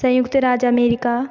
संयुक्त राज्य अमेरिका